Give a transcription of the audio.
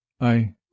I